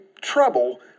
trouble